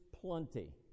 plenty